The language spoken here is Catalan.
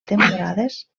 temporades